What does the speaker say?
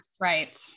right